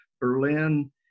Berlin